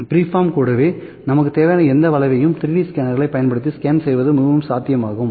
freeform கூடவே நமக்கு தேவையான எந்த வளைவையும் 3D ஸ்கேனர்களைப் பயன்படுத்தி ஸ்கேன் செய்வது மிகவும் சாத்தியமாகும்